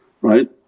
right